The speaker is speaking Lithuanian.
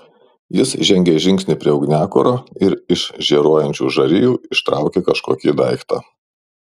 jis žengė žingsnį prie ugniakuro ir iš žėruojančių žarijų ištraukė kažkokį daiktą